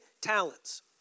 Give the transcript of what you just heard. talents